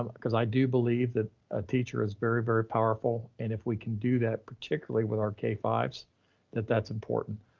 cause i do believe that a teacher is very, very powerful. and if we can do that, particularly with our k five that that's important,